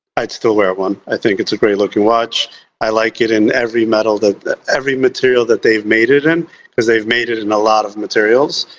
i'd still wear one i think it's a great-looking watch i like it in every metal that every material that they've made it in because they've made it in a lot of materials